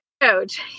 Coach